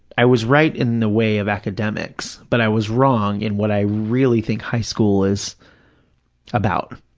i was right in the way of academics, but i was wrong in what i really think high school is about,